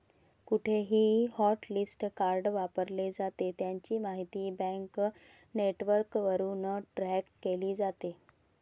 कुठेही hotlist card वापरले जाते, त्याची माहिती बँक नेटवर्कवरून ट्रॅक केली जाते